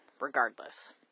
regardless